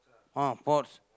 ah pots